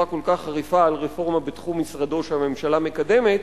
כל כך חריפה על רפורמה בתחום משרדו שהממשלה מקדמת,